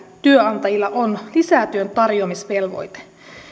työnantajilla on lisätyön tarjoamisvelvoite